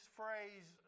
phrase